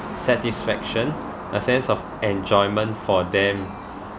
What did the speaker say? satisfaction a sense of enjoyment for them